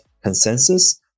Consensus